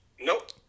Nope